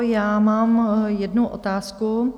Já mám jednu otázku.